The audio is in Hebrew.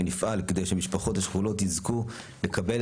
ונפעל כדי שהמשפחות השכולות יזכו לקבל